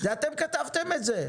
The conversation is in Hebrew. אתם כתבתם את זה,